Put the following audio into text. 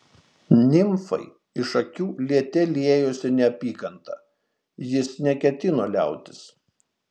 nimfai iš akių liete liejosi neapykanta jis neketino liautis